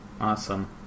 Awesome